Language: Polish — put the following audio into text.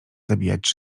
zabijać